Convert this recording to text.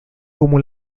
como